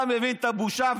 אתה מבין את הבושה?